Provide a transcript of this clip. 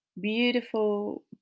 beautiful